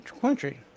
country